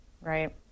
right